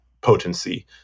potency